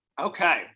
Okay